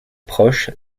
proches